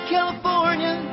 California